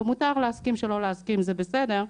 ומותר להסכים שלא להסכים זה בסדר,